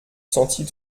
sentit